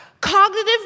cognitive